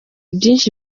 byinshi